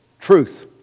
truth